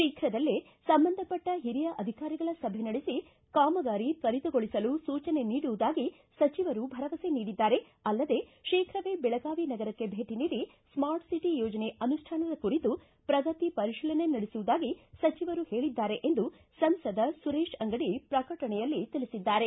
ಶೀಘ್ರದಲ್ಲೇ ಸಂಬಂಧಪಟ್ಟ ಹಿರಿಯ ಅಧಿಕಾರಿಗಳ ಸಭೆ ನಡೆಸಿ ಕಾಮಗಾರಿ ತ್ವರಿತಗೊಳಿಸಲು ಸೂಚನೆ ನೀಡುವುದಾಗಿ ಸಚಿವರು ಭರವಸೆ ನೀಡಿದ್ದಾರೆ ಅಲ್ಲದೇ ಶೀಘವೇ ಬೆಳಗಾವಿ ನಗರಕ್ಕೆ ಭೇಟಿ ನೀಡಿ ಸ್ಮಾರ್ಟ್ ಸಿಟಿ ಯೋಜನೆ ಅನುಷ್ಠಾನದ ಕುರಿತು ಪ್ರಗತಿ ಪರಿಶೀಲನೆ ನಡೆಸುವುದಾಗಿ ಸಚಿವರು ಹೇಳಿದ್ದಾರೆ ಎಂದು ಸಂಸದ ಸುರೇಶ ಅಂಗಡಿ ಪ್ರಕಟಣೆಯಲ್ಲಿ ತಿಳಿಸಿದ್ದಾರೆ